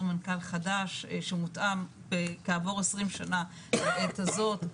מנכ"ל חדש שמותאם כעבור 20 שנה לעת הזאת.